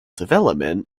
development